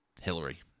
Hillary